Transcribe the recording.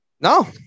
No